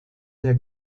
der